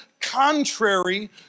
contrary